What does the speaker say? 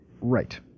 Right